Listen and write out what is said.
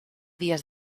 dies